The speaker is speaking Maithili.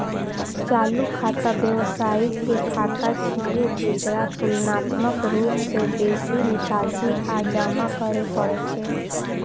चालू खाता व्यवसायी के खाता छियै, जेकरा तुलनात्मक रूप सं बेसी निकासी आ जमा करै पड़ै छै